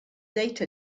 data